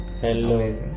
Hello